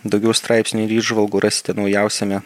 daugiau straipsnių ir įžvalgų rasite naujausiame